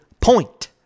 point